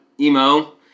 emo